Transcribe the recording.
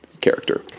character